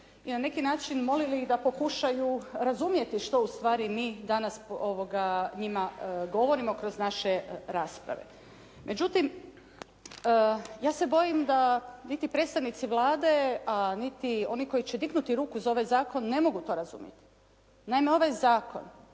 i na neki način molili ih da pokušaju razumjeti što ustvari mi njima govorimo kroz naše rasprave. Međutim ja se bojim da niti predstavnici vlade, a niti oni koji će dignuti ruku za ovaj zakon ne mogu to razumjeti. Naime ovaj zakon